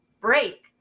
break